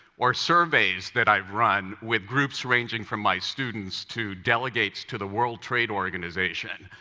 or surveys that i've run with groups ranging from my students to delegates to the world trade organization,